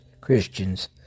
Christians